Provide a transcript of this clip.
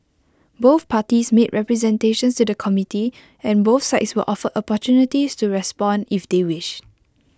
both parties made representations to the committee and both sides were offered opportunities to respond if they wished